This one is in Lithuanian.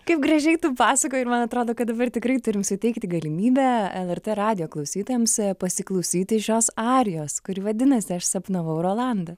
kaip gražiai tu pasakoji ir man atrodo kad dabar tikrai turim suteikti galimybę lrt radijo klausytojams pasiklausyti šios arijos kuri vadinasi aš sapnavau rolandą